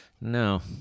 no